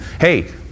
Hey